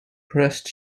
pressed